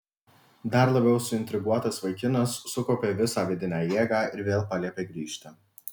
dar labiau suintriguotas vaikinas sukaupė visą vidinę jėgą ir vėl paliepė grįžti